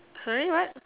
sorry what